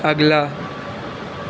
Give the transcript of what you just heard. अगला